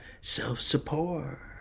self-support